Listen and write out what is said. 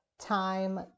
time